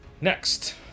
Next